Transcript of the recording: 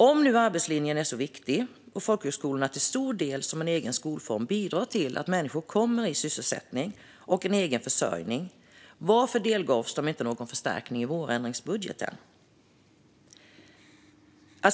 Om nu arbetslinjen är så viktig och folkhögskolorna som egen skolform till stor del bidrar till att människor kommer i sysselsättning och får egen försörjning, varför gavs de då inte någon förstärkning i vårändringsbudgeten?